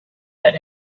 that